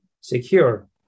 secure